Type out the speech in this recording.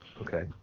Okay